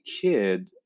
kid